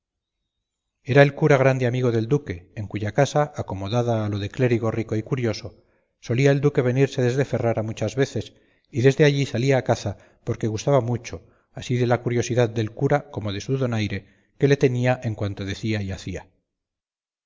era el cura grande amigo del duque en cuya casa acomodada a lo de clérigo rico y curioso solía el duque venirse desde ferrara muchas veces y desde allí salía a caza porque gustaba mucho así de la curiosidad del cura como de su donaire que le tenía en cuanto decía y hacía